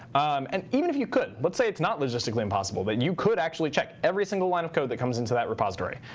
um and even if you could, let's say it's not logistically impossible, that you could actually check every single line of code that comes into that repository.